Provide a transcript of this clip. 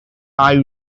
eye